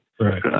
Right